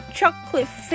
Chocolate